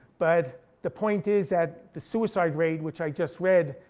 but the point is that the suicide rate, which i just read,